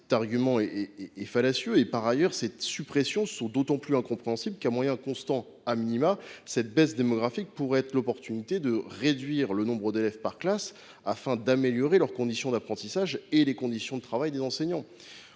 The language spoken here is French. Cet argument est fallacieux et ces suppressions sont d’autant plus incompréhensibles qu’à moyens constants, sinon croissants, cette baisse démographique pourrait être l’opportunité de réduire le nombre d’élèves par classe afin d’améliorer leurs conditions d’apprentissage et les conditions de travail des enseignants.